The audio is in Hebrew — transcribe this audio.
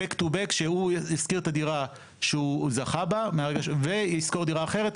באק טו באק שהוא ישכיר את הדירה שהוא זכה בה וישכור דירה אחרת.